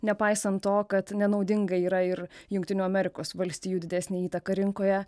nepaisant to kad nenaudinga yra ir jungtinių amerikos valstijų didesnė įtaka rinkoje